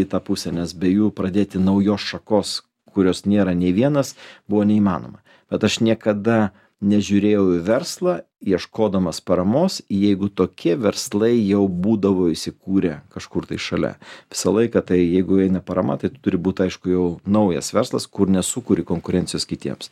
į tą pusę nes be jų pradėti naujos šakos kurios nėra nei vienas buvo neįmanoma bet aš niekada nežiūrėjau į verslą ieškodamas paramos jeigu tokie verslai jau būdavo įsikūrę kažkur tai šalia visą laiką tai jeigu eina parama tai tu turi būt aišku jau naujas verslas kur nesukuri konkurencijos kitiems